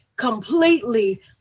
completely